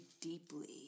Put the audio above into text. deeply